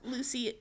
Lucy